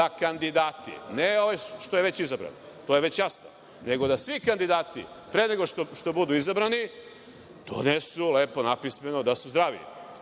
da kandidati, ne ovaj što je već izabran, to je već jasno, nego da svi kandidati pre nego što budu izabrani donesu napismeno da su zdravi.